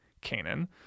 canaan